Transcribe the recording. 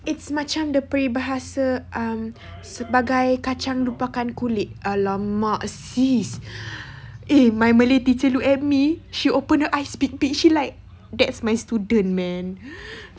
it's macam the peribahasa um sebagai kacang lupakan kulit sis eh my malay teacher look at me she open her eyes big big she like that's my student man